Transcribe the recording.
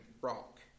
rock